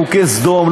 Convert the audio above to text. חוקי סדום,